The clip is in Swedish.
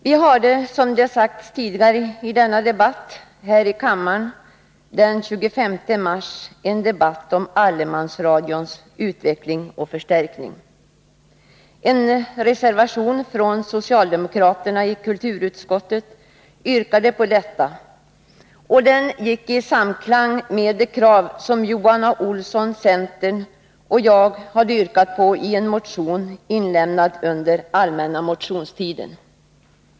Vi hade, som det sagts tidigare i denna debatt, här i kammaren den 25 mars en debatt om allemansradions utveckling och förstärkning. En reservation från socialdemokraterna i kulturutskottet yrkade på detta. Den gick i samklang med de krav som Johan A. Olsson, centern, och jag hade ställt i en motion, inlämnad under allmänna motionstiden.